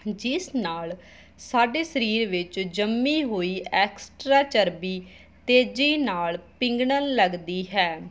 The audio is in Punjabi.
ਜਿਸ ਨਾਲ ਸਾਡੇ ਸਰੀਰ ਵਿੱਚ ਜੰਮੀ ਹੋਈ ਐਕਸਟਰਾ ਚਰਬੀ ਤੇਜ਼ੀ ਨਾਲ ਪਿਘਲਣ ਲੱਗਦੀ ਹੈ